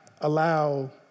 allow